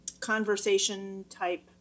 conversation-type